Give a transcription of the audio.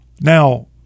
Now